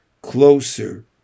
Closer